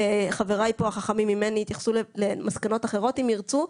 חבריי פה החכמים ממני יתייחסו למסקנות אחרות אם ירצו.